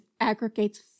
aggregates